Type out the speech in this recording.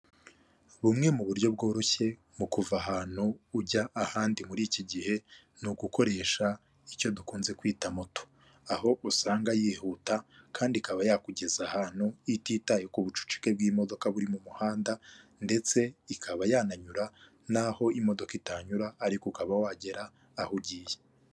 Bumwe mu buryo bworoshye mu kuva ahantu ujya ahandi muri iki gihe, ni ugukoresha icyo dukunze kwita moto, aho usanga yihuta kandi ikaba yakugeza ahantu ititaye ku bucucike bw'imodoka buri mu muhanda, ndetse ikaba yanyura naho imodoka itanyura ariko ukaba wagera aho ugiye.